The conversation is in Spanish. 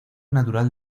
natural